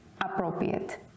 appropriate